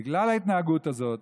בגלל ההתנהגות הזאת,